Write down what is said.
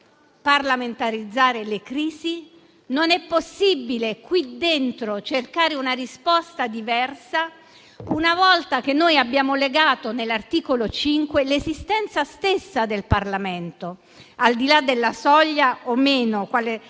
Non è possibile, infatti, parlamentarizzare le crisi, non è possibile qui dentro cercare una risposta diversa, una volta che abbiamo legato, nell'articolo 5, l'esistenza stessa del Parlamento, al di là di quale sarà la soglia